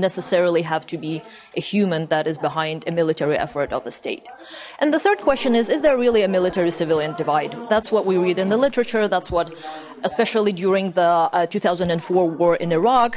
necessarily have to be a human that is behind a military effort of the state and the third question is is there really a military civilian divide that's what we read in the literature that's what especially during the two thousand and four war in iraq